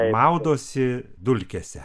maudosi dulkėse